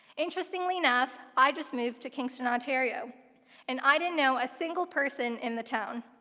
interestingly enough, i just moved to kingston, ontario and i didn't know a single person in the town.